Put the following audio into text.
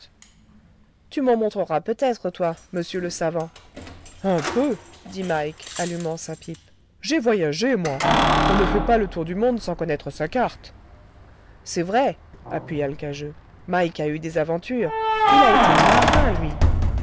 tu m'en montreras peut-être toi monsieur le savant un peu dit mike allumant sa pipe j'ai voyagé moi on ne fait pas le tour du monde sans connaître sa carte c'est vrai appuya l'cageux mike a eu des aventures il a été marin lui